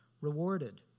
rewarded